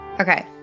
Okay